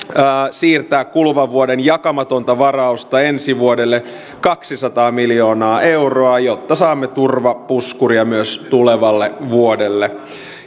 siirtää kuluvan vuoden jakamatonta varausta ensi vuodelle kaksisataa miljoonaa euroa jotta saamme turvapuskuria myös tulevalle vuodelle